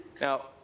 now